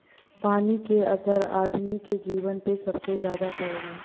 पानी क असर आदमी के जीवन पे सबसे जादा पड़ला